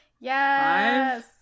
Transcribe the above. Yes